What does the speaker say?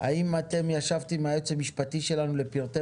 האם אתם ישבתם עם היועץ המשפטי שלנו לפרטי